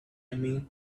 mean